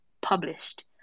published